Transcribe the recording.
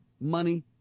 money